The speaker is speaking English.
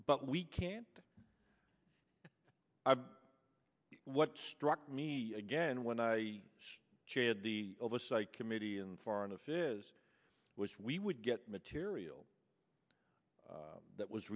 but we can't have what struck me again when i chaired the oversight committee in foreign affairs which we would get material that was